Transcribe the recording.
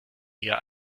eher